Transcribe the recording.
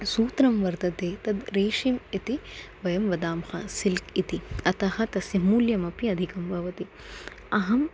सूत्रं वर्तते तद् रेशिम् इति वयं वदामः सिल्क् इति अतः तस्य मूल्यमपि अधिकं भवति अहम्